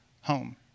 home